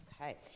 Okay